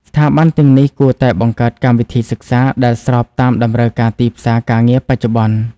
ស្ថាប័នទាំងនេះគួរតែបង្កើតកម្មវិធីសិក្សាដែលស្របតាមតម្រូវការទីផ្សារការងារបច្ចុប្បន្ន។